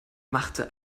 machte